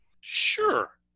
Sure